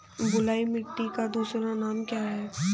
बलुई मिट्टी का दूसरा नाम क्या है?